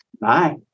Bye